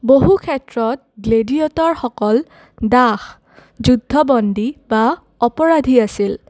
বহু ক্ষেত্ৰত গ্লেডিয়েটৰসকল দাস যুদ্ধবন্দী বা অপৰাধী আছিল